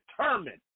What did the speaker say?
determined